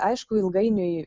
aišku ilgainiui